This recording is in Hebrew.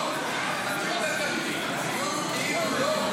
לא --- הדיון הוא כאילו לא,